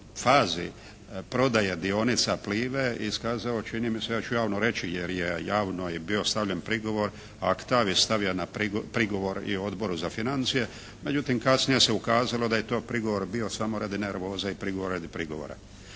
u fazi prodaje dionica "Plive" iskazao čini mi se, ja ću javno reći jer je javno i bio stavljen prigovor, a …/Govornik se ne razumije./… je stavio na prigovor i Odbor za financije. Međutim, kasnije se ukazalo da je to prigovor bio samo radi nervoze i prigovor radi prigovora.